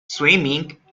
swimming